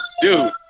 dude